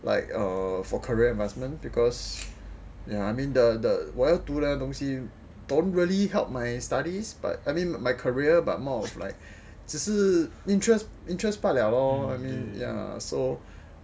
like err for career advancement because ya I mean the the 我要读的东西 don't really help my studies but I mean my career but more of like 只是 interest interest 罢了咯 I mean ya so